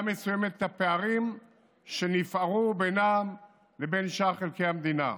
מסוימת את הפערים שנפערו בינם לבין שאר חלקי המדינה.